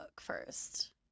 first